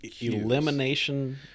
elimination